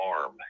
arm